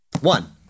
one